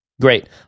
Great